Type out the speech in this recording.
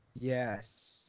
yes